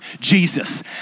Jesus